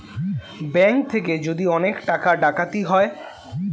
bank থেকে যদি অনেক টাকা ডাকাতি হয়